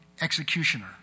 executioner